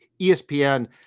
ESPN